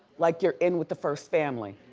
like you're in with the first family,